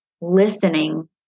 listening